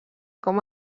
com